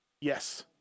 yes